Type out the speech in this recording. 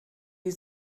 die